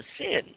sin